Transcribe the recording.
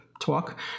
talk